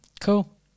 cool